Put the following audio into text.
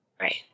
Right